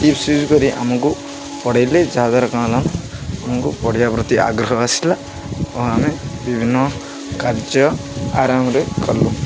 tips use କରି ଆମକୁ ପଢ଼େଇଲେ ଯାହାଦ୍ୱାରା କ'ଣ ହେଲା ଆମକୁ ପଢ଼ିବା ପ୍ରତି ଆଗ୍ରହ ଆସିଲା ଓ ଆମେ ବିଭିନ୍ନ କାର୍ଯ୍ୟ ଆରାମରେ କଲୁ